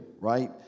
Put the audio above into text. right